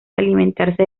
alimentarse